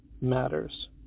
matters